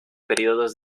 periodos